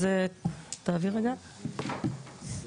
(הצגת מצגת)